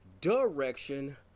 direction